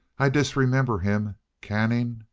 i disremember him. canning?